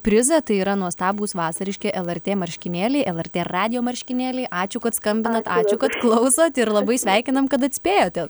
prizą tai yra nuostabūs vasariški lrt marškinėliai lrt radijo marškinėliai ačiū kad skambinat ačiū kad klausot ir labai sveikinam kad atspėjote